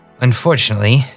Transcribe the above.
unfortunately